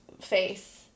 face